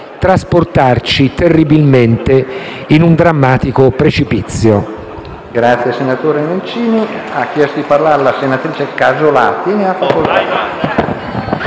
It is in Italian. trasportarci terribilmente in un drammatico precipizio.